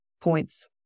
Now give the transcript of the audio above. points